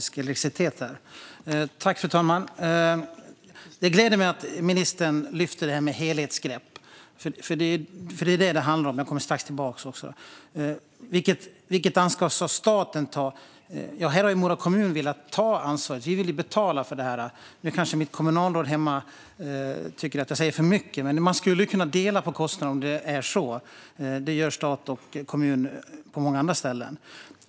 Fru talman! Det gläder mig att ministern lyfter fram vikten av att ta ett helhetsgrepp, för det är det som det handlar om. Jag kommer strax tillbaka till det. Vilket ansvar ska staten ta? Här har Mora kommun velat ta ansvaret och betala för det här. Nu kanske mitt kommunalråd hemma tycker att jag säger för mycket, men man skulle kunna dela på kostnaderna. Det gör stat och kommun på många andra ställen.